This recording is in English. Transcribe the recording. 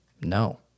no